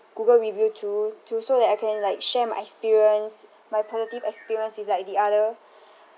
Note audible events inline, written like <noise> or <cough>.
google review too to so that I can like share my experience my positive experience with like the other <breath>